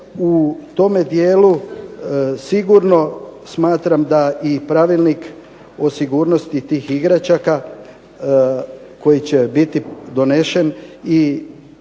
u tome dijelu sigurno smatram da i pravilnik o sigurnosti tih igračaka koji će biti donesen